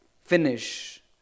finish